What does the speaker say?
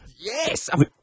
Yes